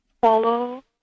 follow